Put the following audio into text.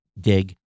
Dig